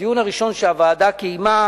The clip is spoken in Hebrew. על הדיון הראשון שהוועדה קיימה